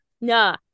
Nah